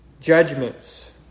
judgments